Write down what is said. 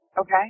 Okay